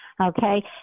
okay